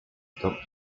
doctor